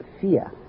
fear